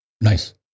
Nice